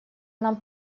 нам